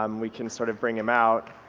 um we can sort of bring him out.